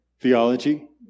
Theology